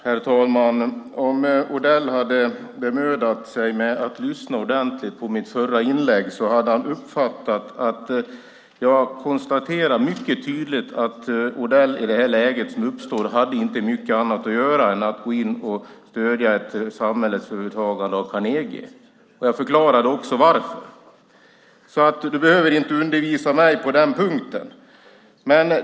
Herr talman! Om Odell hade bemödat sig om att lyssna ordentligt på mitt förra inlägg hade han uppfattat att jag mycket tydligt konstaterade att Odell i det läge som uppstod inte hade mycket annat att göra än att gå in och stödja ett samhällsövertagande av Carnegie. Jag förklarade också varför. Du behöver därför inte undervisa mig på den punkten.